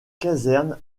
caserne